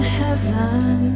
heaven